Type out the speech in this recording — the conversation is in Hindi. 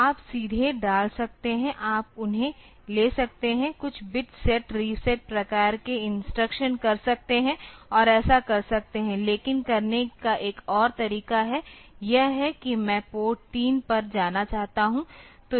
तो आप सीधे डाल सकते हैं आप उन्हें ले सकते हैं कुछ बिट सेट रीसेट प्रकार के इंस्ट्रक्शन कर सकते हैं और ऐसा कर सकते हैं लेकिन करने का एक और तरीका है यह है कि मैं पोर्ट 3 पर जाना चाहता हूं